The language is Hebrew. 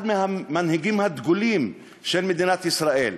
אחד מהמנהיגים הדגולים של מדינת ישראל,